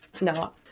No